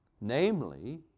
Namely